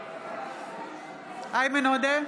עודה,